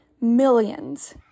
millions